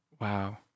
Wow